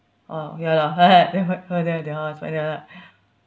oh ya lah their house